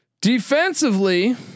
Defensively